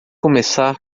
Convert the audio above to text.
começar